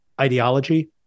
ideology